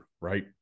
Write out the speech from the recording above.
right